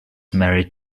married